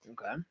Okay